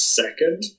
second